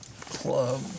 club